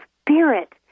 Spirit